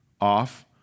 off